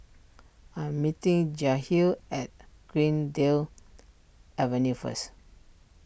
I am meeting Jahiem at Greendale Avenue first